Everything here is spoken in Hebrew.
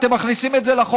אתם מכניסים את זה לחוק,